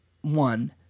one